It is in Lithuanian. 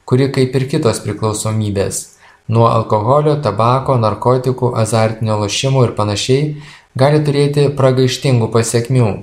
kuri kaip ir kitos priklausomybės nuo alkoholio tabako narkotikų azartinių lošimų ir panašiai gali turėti pragaištingų pasekmių